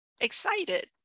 excited